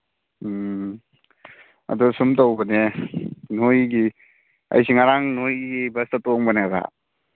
ꯎꯝ ꯑꯗꯨ ꯁꯨꯝ ꯇꯧꯕꯅꯦ ꯅꯣꯏꯒꯤ ꯑꯩꯁꯤ ꯉꯔꯥꯡ ꯅꯣꯏꯒꯤ ꯕꯁꯇ ꯇꯣꯡꯕꯅꯦꯕ